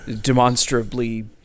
demonstrably